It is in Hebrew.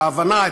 את ההבנה,